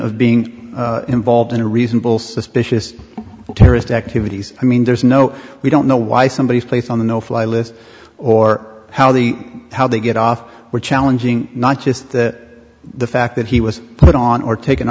of being involved in a reasonable suspicious of terrorist activities i mean there's no we don't know why somebody is placed on the no fly list or how the how they get off we're challenging not just the fact that he was put on or taken